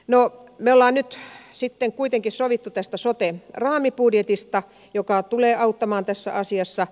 no me olemme nyt sitten kuitenkin sopineet tästä sote raamibudjetista joka tulee auttamaan tässä asiassa